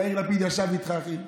יאיר לפיד ישב איתך, אחי.